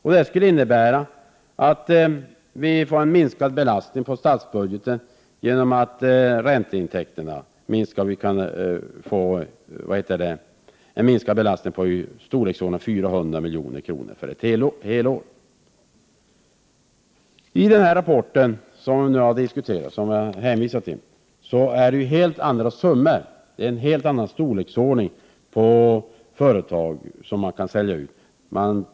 Detta skulle innebära att man får en minskad belastning på statsbudgeten genom att räntekostnaderna minskar och genom att man kan få en minskad belastning i storleksordningen 400 milj.kr. för ett helt år. I den rapport som jag har hänvisat till handlar det om helt andra siffror när det gäller företag som kan säljas ut.